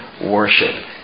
worship